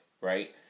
right